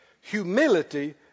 Humility